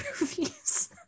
movies